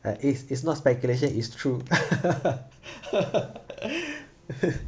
uh it it's not speculation it's true